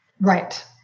right